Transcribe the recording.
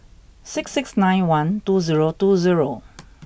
six six nine one two zero two zero